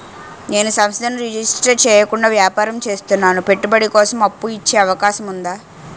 నేను సంస్థను రిజిస్టర్ చేయకుండా వ్యాపారం చేస్తున్నాను పెట్టుబడి కోసం అప్పు ఇచ్చే అవకాశం ఉందా?